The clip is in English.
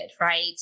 right